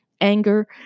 anger